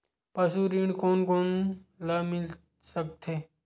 पशु ऋण कोन कोन ल मिल सकथे?